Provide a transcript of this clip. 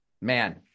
Man